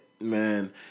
man